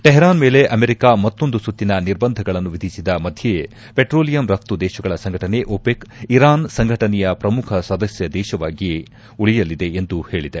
Tehran ಮೇಲೆ America ಮತ್ತೊಂದು ಸುತ್ತಿನ ನಿರ್ಬಂಧಗಳನ್ನು ವಿಧಿಸಿದ ಮಧ್ಯೆಯೇ ಪೆಟ್ರೋಲಿಯಂ ರಫ್ತು ದೇಶಗಳ ಸಂಘಟನೆ ಒಪೆಕ್ ಇರಾನ್ ಸಂಘಟನೆಯ ಪ್ರಮುಖ ಸದಸ್ಯ ದೇಶವಾಗಿಯೇ ಉಳಿಯಲಿದೆ ಎಂದು ಹೇಳಿದೆ